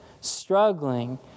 struggling